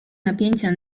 napięcia